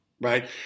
right